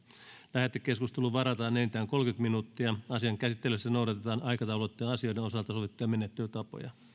lähetekeskusteluun varataan enintään kolmekymmentä minuuttia asian käsittelyssä noudatetaan aikataulutettujen asioiden osalta sovittuja menettelytapoja